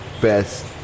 best